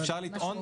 מה הקשר?